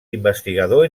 investigador